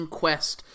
quest